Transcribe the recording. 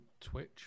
Twitch